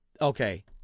okay